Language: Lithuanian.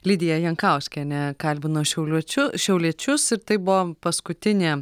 lidija jankauskienė kalbino šiauliečiu šiauliečius ir tai buvo paskutinė